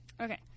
Okay